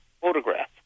photograph